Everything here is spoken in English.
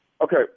Okay